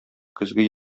көзге